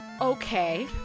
Okay